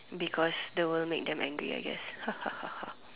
because the world make them angry I guess ha ha ha